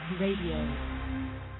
Radio